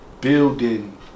building